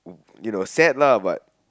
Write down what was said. you know sad lah but